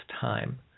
time